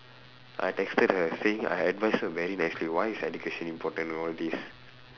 I texted her saying I advise her very nicely saying why is education important and all this